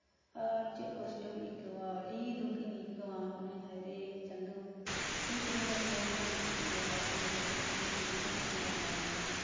ᱟ ᱪᱮᱫ ᱠᱚᱥᱴᱚᱧ ᱟᱹᱭᱠᱟᱹᱣᱟ ᱟᱰᱤ ᱫᱩᱠᱤᱧ ᱟᱹᱭᱠᱟᱹᱣᱟ ᱢᱮᱱᱟᱹᱧ ᱦᱟᱭ ᱨᱮ ᱪᱟᱸᱫᱚ ᱛᱤᱥ ᱤᱧ ᱫᱚᱢ ᱤᱢᱟᱹᱧᱟ ᱱᱚᱜᱼᱚᱭ ᱚᱲᱜ ᱫᱩᱣᱟᱹᱨ ᱵᱟᱱᱩᱜ ᱛᱤᱧᱟᱹ ᱛᱤᱱᱟᱹᱜ ᱟᱸᱴ ᱠᱚ ᱞᱟᱸᱫᱟᱣᱟᱹᱧ ᱠᱟᱱᱟ